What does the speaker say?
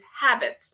habits